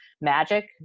magic